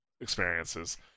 experiences